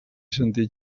sentir